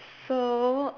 so